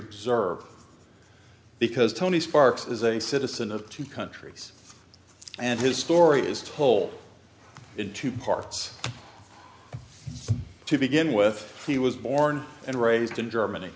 observe because tony sparks is a citizen of two countries and his story is told in two parts to begin with he was born and raised in germany